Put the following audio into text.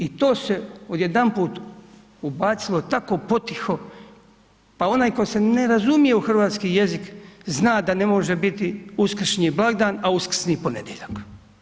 I to se odjedanput ubacilo tako potiho, pa onaj koji se ne razumije u hrvatski jezik, zna da ne može biti uskršnji blagdan a uskrsni ponedjeljak.